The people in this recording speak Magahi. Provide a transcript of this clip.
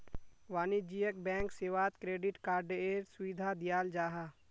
वाणिज्यिक बैंक सेवात क्रेडिट कार्डएर सुविधा दियाल जाहा